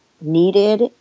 needed